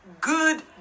good